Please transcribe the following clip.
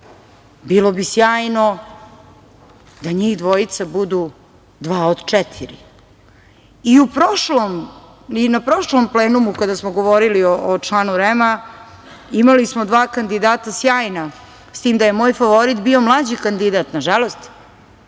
bilo bi sjajno da njih dvojica budu dva od četiri.I na prošlom plenumu kada smo govorili o članu REM-a imali smo dva kandidata sjajna, s tim da je moj favorit bio mlađi kandidat, nažalost